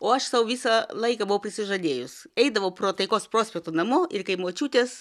o aš sau visą laiką buvau prisižadėjus eidavau pro taikos prospektą namo ir kai močiutės